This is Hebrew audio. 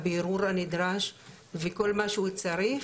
הבירור הנדרש וכל מה שהוא צריך,